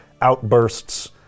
outbursts